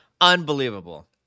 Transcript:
Unbelievable